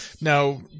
Now